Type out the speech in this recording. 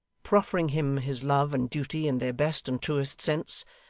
proffering him his love and duty in their best and truest sense,